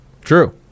True